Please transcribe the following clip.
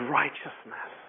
righteousness